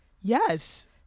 Yes